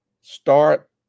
Start